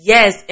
Yes